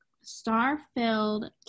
star-filled